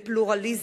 לפלורליזם.